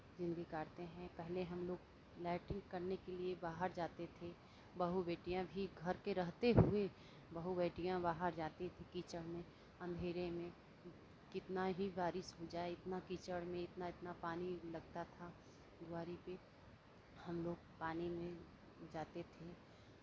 ज़िन्दगी काटते हैं पहले हमलोग लैट्रिन करने के लिये बाहर जाते थे बहु बेटियां भी घर के रहते हुए बहु बेटियां बाहर जाती थी कीचड़ में अँधेरे में कितना ही बारिश हो जाये इतना कीचड़ में इतना इतना पानी लगता था दुआरी पे हमलोग पानी में जाते थे